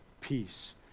peace